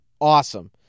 Awesome